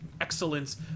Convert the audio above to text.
excellence